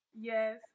Yes